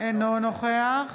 אינו נוכח